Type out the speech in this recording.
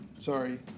Sorry